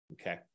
okay